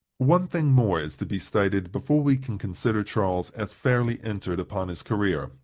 one thing more is to be stated before we can consider charles as fairly entered upon his career,